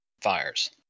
fires